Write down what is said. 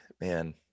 man